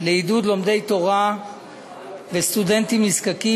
לעידוד לומדי תורה וסטודנטים נזקקים,